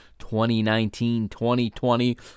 2019-2020